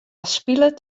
spilet